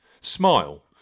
Smile